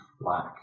black